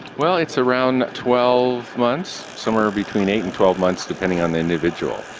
well, it's around twelve months, somewhere between eight and twelve months, depending on the individual.